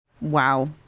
wow